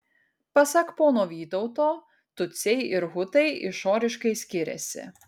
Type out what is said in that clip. pasak pono vytauto tutsiai ir hutai išoriškai skiriasi